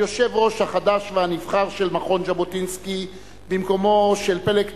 היושב-ראש החדש והנבחר של מכון ז'בוטינסקי במקומו של פלג תמיר,